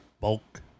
bulk